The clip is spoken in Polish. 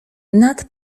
nad